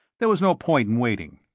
there was no point in waiting.